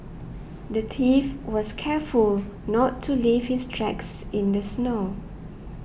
the thief was careful not to leave his tracks in the snow